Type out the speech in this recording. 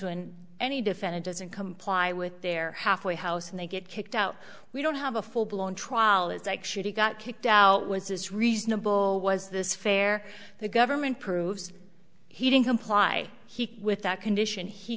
when any defendant doesn't comply with their halfway house and they get kicked out we don't have a full blown trial it's like she got kicked out was this reasonable was this fair the government proves he didn't comply with that condition he